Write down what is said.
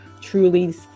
truly